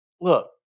look